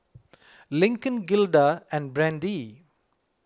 Lincoln Gilda and Brandee